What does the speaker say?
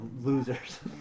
losers